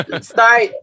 start